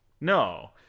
No